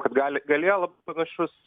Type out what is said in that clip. kad gali galėjo panašus